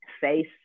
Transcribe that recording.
face